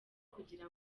kugira